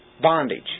bondage